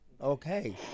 Okay